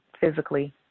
physically